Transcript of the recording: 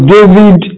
David